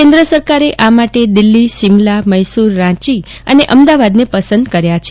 કેન્દ્ર સરકારે આ માટે દિલ્હી શીમલા મૈસુર રાંચી અને અમદાવાદને પસંદ કર્યા છે